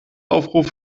aufruf